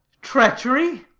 treachery?